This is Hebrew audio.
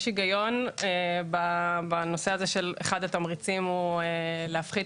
יש היגיון בכך שאחד התמריצים יהיה להפחית